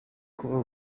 kubaha